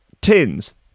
Tins